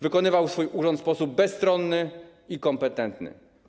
Wykonywał swój urząd w sposób bezstronny i kompetentny.